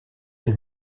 elle